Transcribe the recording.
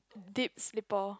deep sleeper